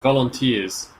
volunteers